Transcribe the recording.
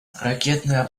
ракетные